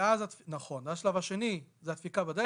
נכון, השלב השני זו הדפיקה בדלת.